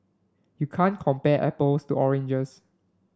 you can't compare apples to oranges